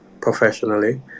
professionally